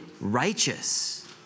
righteous